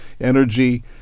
energy